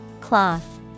Cloth